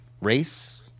race